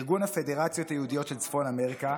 ארגון הפדרציות היהודיות של צפון אמריקה,